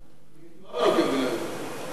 כשהלכתם לשלום עם מצרים,